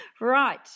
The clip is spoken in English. Right